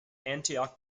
antioch